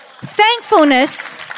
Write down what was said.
Thankfulness